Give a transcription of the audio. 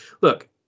Look